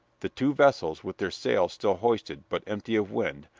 the two vessels, with their sails still hoisted but empty of wind,